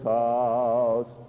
house